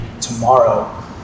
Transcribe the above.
tomorrow